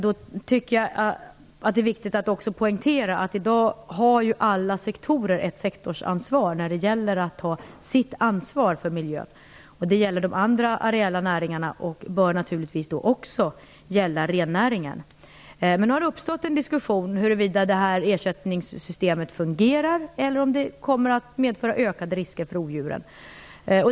Då är det viktigt att också poängtera att alla sektorer i dag har ett sektorsansvar när det gäller att ta sitt ansvar för miljön. Det gäller de övriga areella näringarna och bör naturligtvis också gälla rennäringen. Men nu har det uppstått en diskussion om huruvida ersättningssystemet fungerar eller om det kommer att medföra ökade risker för rovdjuren.